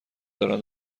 دارن